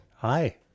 hi